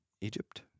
Egypt